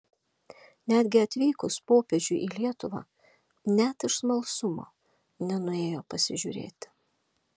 netgi atvykus popiežiui į lietuvą net iš smalsumo nenuėjo pasižiūrėti